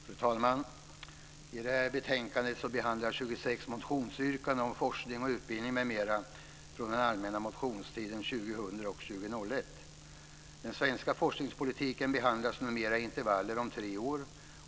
Fru talman! I detta betänkande behandlas 26 motionsyrkanden om forskning och utbildning m.m. från den allmänna motionstiden 2000 och 2001. Den svenska forskningspolitiken behandlas numera i intervaller om tre år.